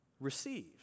receive